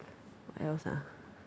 what else ah